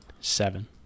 seven